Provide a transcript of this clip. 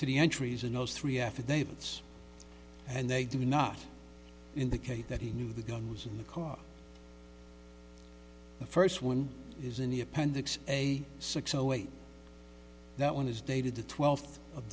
to the entries in those three affidavits and they do not indicate that he knew the gun was in the car the first one is in the appendix a six hour wait that one is dated the twelfth of